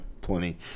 plenty